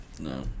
No